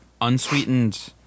unsweetened